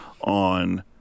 on